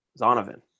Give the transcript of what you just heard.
Zonovan